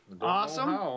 awesome